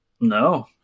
No